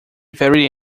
very